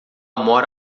mora